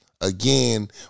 Again